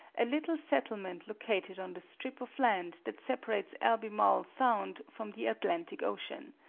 a little settlement located on the strip of land that separates albemarle sound from the atlantic ocean.